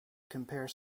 compare